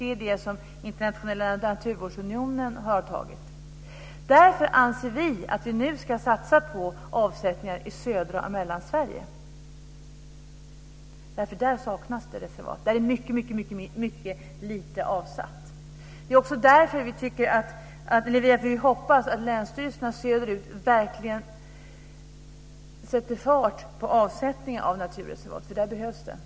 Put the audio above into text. Det är det som Internationella naturvårdsunionen har antagit. Vi anser att vi nu ska satsa på avsättningar i södra Sverige och i Mellansverige, därför att där saknas det reservat. Där är det väldigt lite som är avsatt. Vi hoppas att länsstyrelserna söderut verkligen sätter fart med avsättningar av naturreservat, för där behövs det.